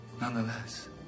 nonetheless